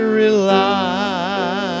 rely